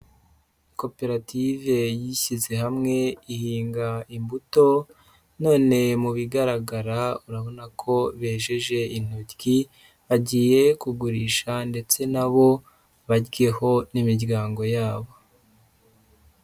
Koperative yishyize hamwe ihinga imbuto none mu bigaragara urabona ko bejeje intoryi, bagiye kugurisha ndetse na bo baryeho n'imiryango yabo.